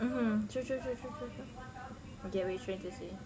mmhmm true true true true true I get what you trying to say